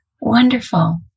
Wonderful